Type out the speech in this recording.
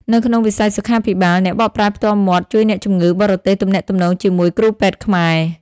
នៅក្នុងវិស័យសុខាភិបាល អ្នកបកប្រែផ្ទាល់មាត់ជួយអ្នកជំងឺបរទេសទំនាក់ទំនងជាមួយគ្រូពេទ្យខ្មែរ។